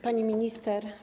Pani Minister!